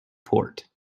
port